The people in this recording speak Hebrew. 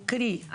קרי,